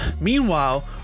Meanwhile